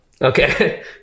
Okay